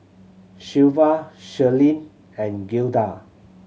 Shelva Shirleen and Gilda